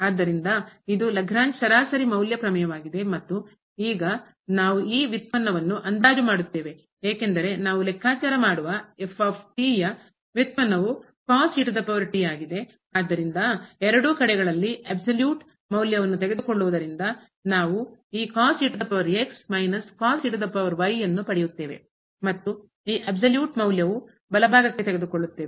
ಆದ್ದರಿಂದ ಇದು ಲಾಗ್ರೇಂಜ್ ಸರಾಸರಿ ಮೌಲ್ಯ ಪ್ರಮೇಯವಾಗಿದೆ ಮತ್ತು ಈಗ ನಾವು ಈ ವ್ಯುತ್ಪನ್ನವನ್ನು ಅಂದಾಜು ಮಾಡುತ್ತೇವೆ ಏಕೆಂದರೆ ನಾವುಲೆಕ್ಕಾಚಾರ ಮಾಡುವ ಯ ವ್ಯುತ್ಪನ್ನವು ಆದ್ದರಿಂದ ಎರಡೂ ಕಡೆಗಳಲ್ಲಿ ಅಬ್ಸಲ್ಯೂಟ್ ಮೌಲ್ಯವನ್ನು ತೆಗೆದುಕೊಳ್ಳುವುದರಿಂದ ನಾವು ಈ ಯನ್ನು ಪಡೆಯುತ್ತೇವೆ ಮತ್ತು ಈ ಅಬ್ಸಲ್ಯೂಟ್ ಸಂಪೂರ್ಣ ಮೌಲ್ಯವು ಬಲಭಾಗಕ್ಕೆ ತೆಗೆದುಕೊಳ್ಳುತ್ತೇವೆ